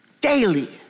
daily